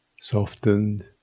softened